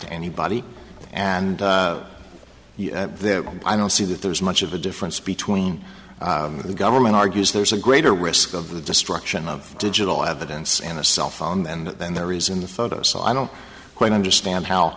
to anybody and i don't see that there's much of a difference between the government argues there's a greater risk of the destruction of digital at the dance and a cell phone and then the reason the photos so i don't quite understand how